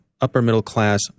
upper-middle-class